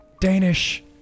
Danish